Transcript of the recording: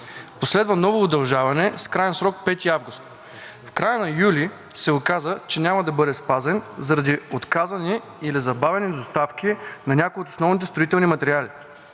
Последва ново удължаване с краен срок 5 август. В края на юли се оказа, че няма да бъде спазен заради отказани или забавени доставки на някои от основните строителни материали.